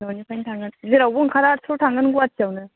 न'निफ्रायनो थांगोन जेरावबो ओंखारा थौ थांगोन गुवाहाटियावनो